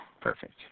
Perfect